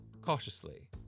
cautiously